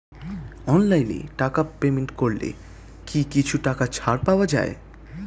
অনলাইনে টাকা পেমেন্ট করলে কি কিছু টাকা ছাড় পাওয়া যায়?